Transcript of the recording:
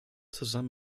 zusammen